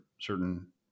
certain